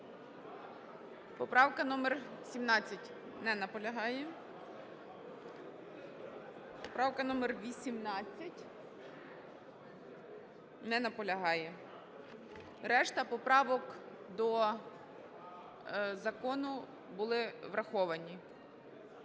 Поправка номер 17. Не наполягає. Поправка номер 18. Не наполягає. Решта поправок до закону були враховані.